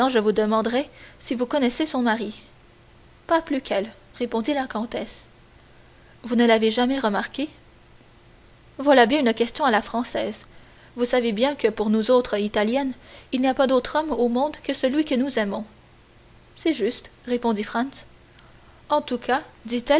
je vous demanderai si vous connaissez son mari pas plus qu'elle répondit la comtesse vous ne l'avez jamais remarqué voilà bien une question à la française vous savez bien que pour nous autres italiennes il n'y a pas d'autre homme au monde que celui que nous aimons c'est juste répondit franz en tout cas